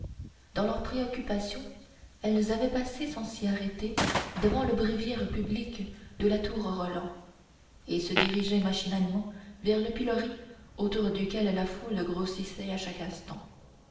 dans leur préoccupation elles avaient passé sans s'y arrêter devant le bréviaire public de la tour roland et se dirigeaient machinalement vers le pilori autour duquel la foule grossissait à chaque instant